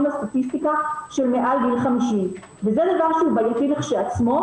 לסטטיסטיקה של מעל גיל 50 וזה דבר שהוא בעייתי לכשעצמו,